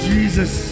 Jesus